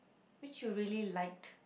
which you really like